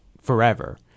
forever